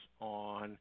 on